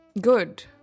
Good